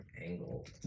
angle